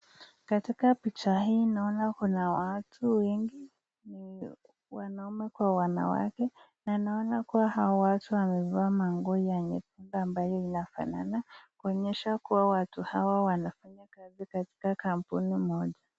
Katika picha hii naona kuna watu wengi, wanaume kwa wanawake na naona kuwa hawa watu wanavaa manguo ya nyekundu ambayo yanafanana, kuonyesha kuwa watu hawa wanafanya kazi katika kampuni moja.